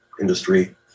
industry